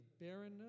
barrenness